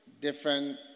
Different